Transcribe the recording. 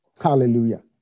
Hallelujah